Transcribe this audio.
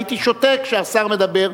הייתי שותק כשהשר מדבר,